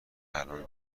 الان